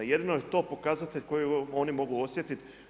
Jedino je to pokazatelj koji oni mogu osjetiti.